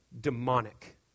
demonic